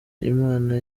imana